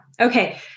Okay